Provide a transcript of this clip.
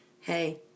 hey